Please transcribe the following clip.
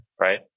right